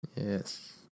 Yes